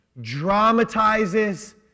dramatizes